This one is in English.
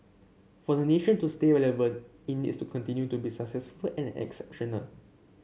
for the nation to stay relevant it needs to continue to be successful and exceptional